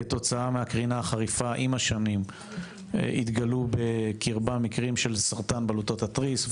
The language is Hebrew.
כתוצאה מהקרינה החריפה עם השנים התגלו בקרבה סרטון של בלוטות התריס,